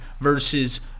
versus –